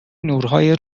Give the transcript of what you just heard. نورهای